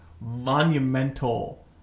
monumental